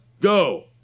Go